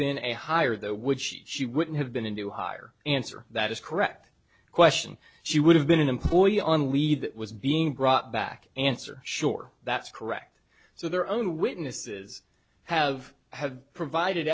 been a higher though which she wouldn't have been in to hire answer that is correct question she would have been an employee on lead that was being brought back answer sure that's correct so their own witnesses have have provided